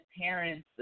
parents